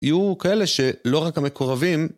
יהיו כאלה שלא רק המקורבים,